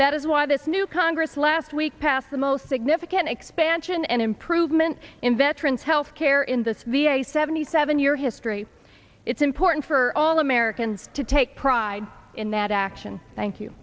that is why this new congress last week passed the most significant expansion and improvement in veterans health care in this v a seventy seven year history it's important for all americans to take pride in that action thank you